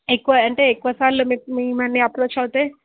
ఎక్కువ అంటే ఎక్కువ సార్లు మి మిమ్మల్ని అప్రోచ్ అయితే